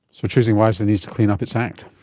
so choosing wisely needs to clean up its act.